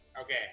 Okay